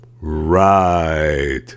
Right